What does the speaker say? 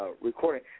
recording